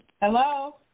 Hello